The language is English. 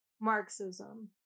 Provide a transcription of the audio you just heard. Marxism